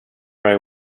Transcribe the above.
very